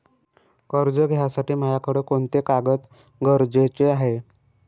कर्ज घ्यासाठी मायाकडं कोंते कागद गरजेचे हाय?